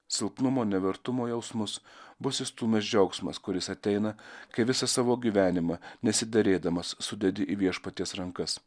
silpnumo nevertumo jausmus bus išstūmęs džiaugsmas kuris ateina kai visą savo gyvenimą nesiderėdamas sudedi į viešpaties rankas